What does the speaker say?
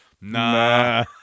Nah